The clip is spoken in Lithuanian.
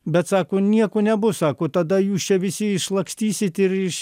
bet sako nieko nebus sako tada jūs čia visi išlakstysit ir iš